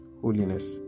holiness